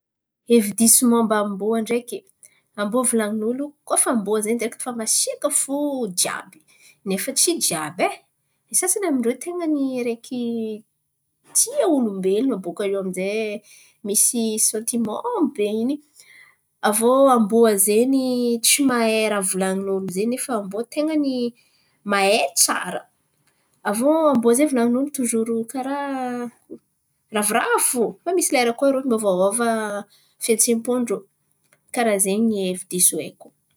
Hevi-diso mômba amboa ndraiky, amboa volan̈in'olo koa fa amboa zen̈y direkty masiaka fo jiàby nefa tsy jiàby. n̈y sasan̈y am'rô ten̈a araiky tia, olombelon̈o bakà eo ami'zay misy santiman be in̈y, aviô amboa zen̈y tsy mahay raha volan̈in'olo zen̈y nefa amboa koa ten̈any mahay tsara. Aviô amboa zen̈y volan̈in'olo tozoro karà ravoravo fo, fa misy lera koa irô miôvaôva fihetsem-pô irô karà zen̈y ny hevi-diso.